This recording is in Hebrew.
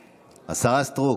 סטרוק,